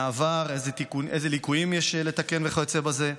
מהעבר, אילו ליקויים יש לתקן וכיוצא בזה.